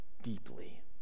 deeply